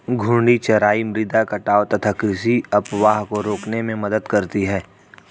घूर्णी चराई मृदा कटाव तथा कृषि अपवाह को रोकने में मदद करती है